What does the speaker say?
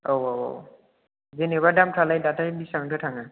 औ औ औ जेनेबा दामफ्रालाय दाथ' बिसिबांथो थाङो